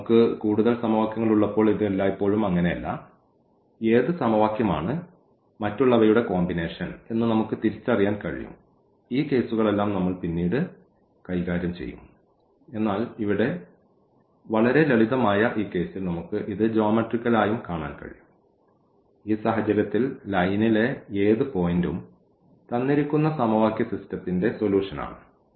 പക്ഷേ നമുക്ക് കൂടുതൽ സമവാക്യങ്ങൾ ഉള്ളപ്പോൾ ഇത് എല്ലായ്പ്പോഴും അങ്ങനെയല്ല ഏത് സമവാക്യമാണ് മറ്റുള്ളവയുടെ കോമ്പിനേഷൻ എന്ന് നമുക്ക് തിരിച്ചറിയാൻ കഴിയും ഈ കേസുകളെല്ലാം നമ്മൾ പിന്നീട് കൈകാര്യം ചെയ്യും എന്നാൽ ഇവിടെ വളരെ ലളിതമായ ഈ കേസിൽ നമുക്ക് ഇത് ജ്യോമെട്രിക്കലായും കാണാൻ കഴിയും ഈ സാഹചര്യത്തിൽ ലൈനിലെ ഏത് പോയിന്റും തന്നിരിക്കുന്ന സമവാക്യ സിസ്റ്റത്തിൻറെ സൊലൂഷൻ ആണ്